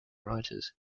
writers